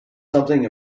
something